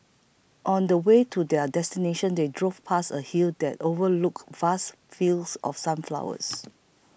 on the way to their destination they drove past a hill that overlooked vast fields of sunflowers